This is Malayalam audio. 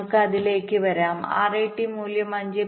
നമുക്ക് അതിലേക്ക് വരാം RAT മൂല്യം 5